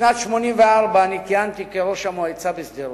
בשנת 1984 כיהנתי כראש המועצה בשדרות,